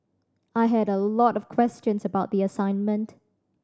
I had a lot of questions about the assignment